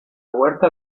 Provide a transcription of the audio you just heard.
huerta